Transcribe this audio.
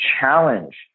challenge